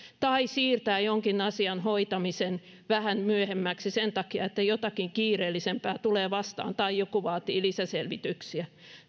tai siirtää jonkin asian hoitamisen vähän myöhemmäksi sen takia että jotakin kiireellisempää tulee vastaan tai joku vaatii lisäselvityksiä